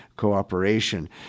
cooperation